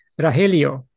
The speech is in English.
Rahelio